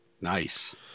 Nice